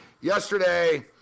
yesterday